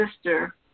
sister